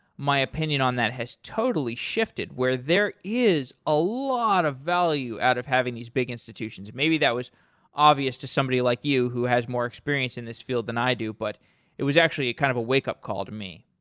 my opinion on that has totally shifted where there is a lot of value out of having these big institutions. maybe that was obvious to somebody like you who has more experience in this field than i do, but it was actually got kind of a wake-up call to me.